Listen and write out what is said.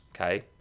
okay